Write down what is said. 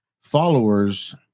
followers